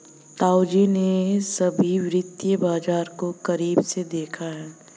ताऊजी ने सभी वित्तीय बाजार को करीब से देखा है